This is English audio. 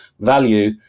value